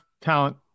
talent